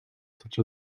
such